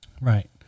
Right